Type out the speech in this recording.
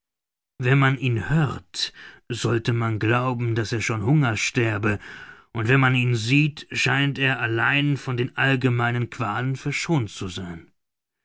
wenn man ihn hört sollte man glauben daß er schon hungers sterbe und wenn man ihn sieht scheint er allein von den allgemeinen qualen verschont zu sein